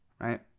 Right